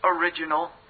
original